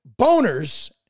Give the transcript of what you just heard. boners